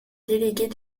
déléguée